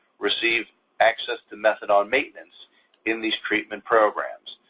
receive access to methadone maintenance in these treatment programs.